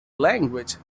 language